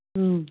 हूँ